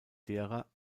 derer